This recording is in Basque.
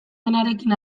denarekin